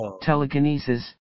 telekinesis